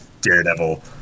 Daredevil